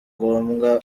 ngombwa